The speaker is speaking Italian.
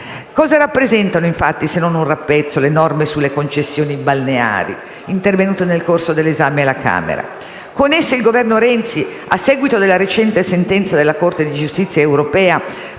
Cosa rappresentano, infatti, se non un rappezzo, le norme sulle concessioni balneari introdotte nel corso dell'esame alla Camera? Con esse, a seguito della recente sentenza della Corte di giustizia